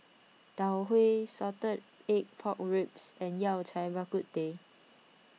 Tau Huay Salted Egg Pork Ribs and Yao Cai Bak Kut Teh